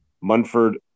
Munford